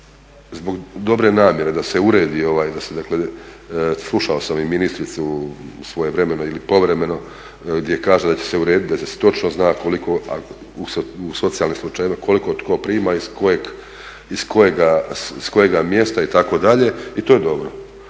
zbog dobre namjere da se uredi, dakle slušao sam i ministricu svojevremeno ili povremeno, gdje kaže da će se urediti, da se točno zna koliko u socijalnim slučajevima koliko ko prima, iz kojega mjesta itd. I to je dobro,